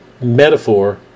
metaphor